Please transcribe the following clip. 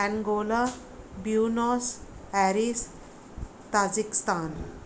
Angola aires buenos Tajikistan